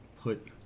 put